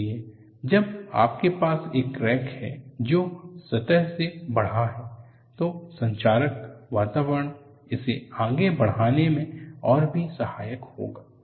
इसलिए जब आपके पास एक क्रैक है जो सतह से बढा है तो संक्षारक वातावरण इसे आगे बढ़ाने में और भी सहायक होगा